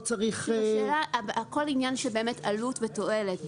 הכול עניין של עלות ותועלת.